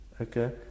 Okay